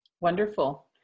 Wonderful